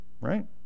right